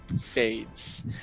fades